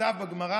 שנכתבו בגמרא